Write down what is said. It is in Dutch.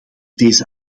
deze